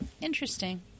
Interesting